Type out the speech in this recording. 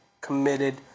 committed